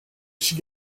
six